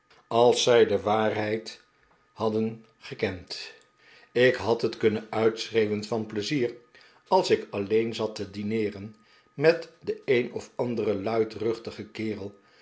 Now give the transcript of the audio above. als zij de waarheid hadden gekend ik had het kunnen uitschreeuwen van plezier als ik alleen zat te dineeren met den een of anderen luidruchtigen kerel